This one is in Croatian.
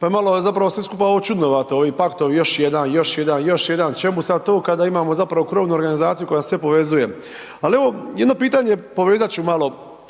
pa malo, zapravo sve skupa ovo je čudnovato, ovi paktovi, još jedan, još jedan, još jedan, čemu sad to kada imamo zapravo krovnu organizaciju koja sve povezuje. Ali evo, jedno pitanje, povezat ću malo,